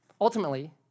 Ultimately